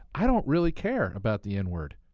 i don't really care about the n-word,